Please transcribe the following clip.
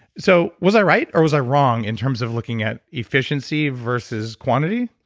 so, was i right or was i wrong in terms of looking at efficiency versus quantity?